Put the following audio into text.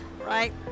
right